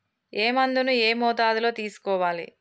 ఏ మందును ఏ మోతాదులో తీసుకోవాలి?